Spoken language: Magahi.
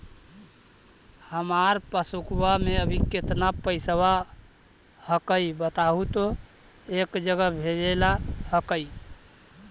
हमार पासबुकवा में अभी कितना पैसावा हक्काई बताहु तो एक जगह भेजेला हक्कई?